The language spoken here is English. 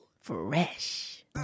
Fresh